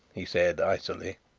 he said icily.